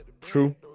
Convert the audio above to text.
true